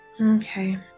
Okay